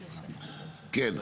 כן.